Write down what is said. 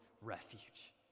refuge